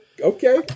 okay